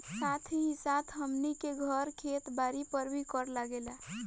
साथ ही साथ हमनी के घर, खेत बारी पर भी कर लागेला